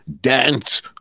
dance